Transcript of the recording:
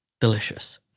delicious